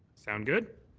sound good?